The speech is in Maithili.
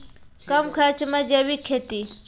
कम खर्च मे जैविक खेती?